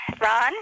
Ron